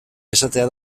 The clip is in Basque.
esatea